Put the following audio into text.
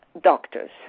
doctors